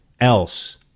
else